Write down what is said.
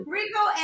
Rico